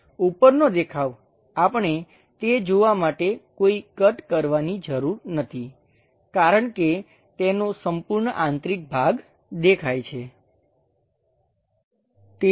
ઉપરનો દેખાવ આપણે તે જોવાં માટે કોઈ કટ કરવાની જરૂર નથી કારણ કે તેનો સંપૂર્ણ આંતરિક ભાગ દેખાય છે